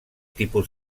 tipus